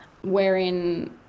wherein